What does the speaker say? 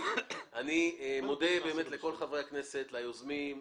אני מודה לכל חברי הכנסת, ליוזמים,